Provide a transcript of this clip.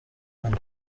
hano